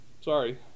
Sorry